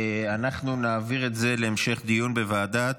אנחנו נעביר את זה להמשך דיון בוועדת,